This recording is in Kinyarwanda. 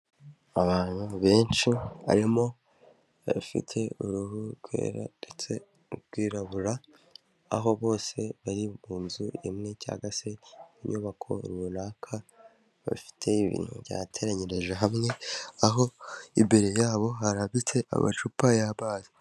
Abantu benshi harimo abafite uruhu rwera ndetse n'urwirarabura, aho bose bari mu nzu imwe cyangwa se inyubako runaka, bafite ibintu byateranyirije hamwe, aho imbere yabo harambitse amacupa y'amazi.